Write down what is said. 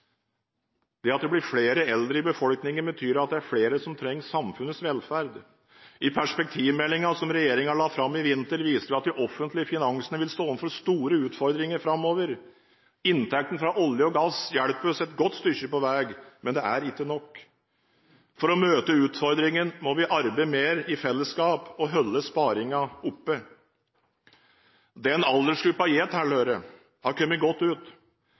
Det at det blir flere eldre i befolkningen, betyr at det er flere som trenger samfunnets velferd. I perspektivmeldingen som regjeringen la fram i vinter, viste vi at de offentlige finansene vil stå overfor store utfordringer framover. Inntektene fra olje og gass hjelper oss et godt stykke på vei, men det er ikke nok. For å møte utfordringen må vi arbeide mer i fellesskap og holde sparingen oppe. Den aldersgruppen jeg tilhører, har kommet godt ut.